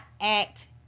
act